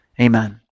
Amen